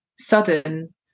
sudden